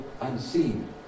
unseen